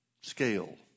scale